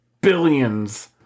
billions